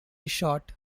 short